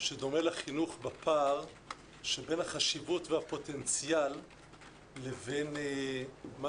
שדומה לחינוך בפער שבין החשיבות והפוטנציאל לבין מה